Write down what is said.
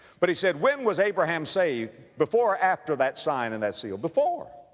but he said, when was abraham saved? before or after that sign and that seal? before,